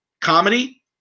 comedy